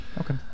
Okay